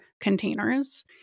containers